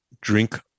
drink